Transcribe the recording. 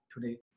today